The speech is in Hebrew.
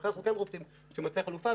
לכן אנחנו כן רוצים שתימצא חלופה.